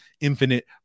infinite